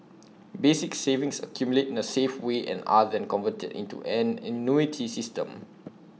basic savings accumulate in A safe way and are then converted into an annuity system